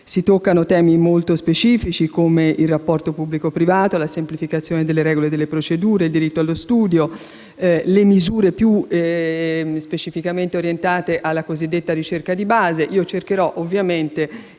toccati temi molto specifici, come il rapporto tra pubblico e privato, la semplificazione delle regole e delle procedure, il diritto allo studio e le misure più specificamente orientate alla cosiddetta ricerca di base. Ovviamente